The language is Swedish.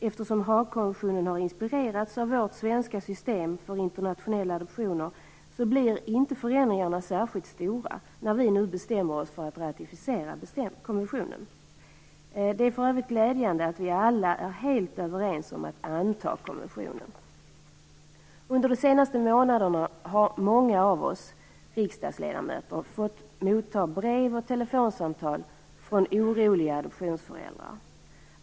Eftersom Haagkonventionen har inspirerats av vårt svenska system för internationella adoptioner blir inte förändringarna särskilt stora, när vi nu bestämmer oss för att ratificera konventionen. Det är för övrigt glädjande att vi alla är helt överens om att anta konventionen. Under de senaste månaderna har många av oss riksdagsledamöter fått motta brev och telefonsamtal från oroliga adoptionsföräldrar.